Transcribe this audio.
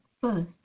first